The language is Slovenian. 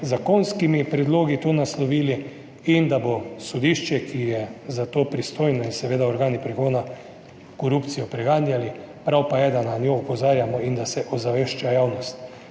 zakonskimi predlogi to naslovili in da bo sodišče, ki je za to pristojno, in seveda organi pregona korupcijo preganjali. Prav pa je, da na njo opozarjamo in da se ozavešča javnost.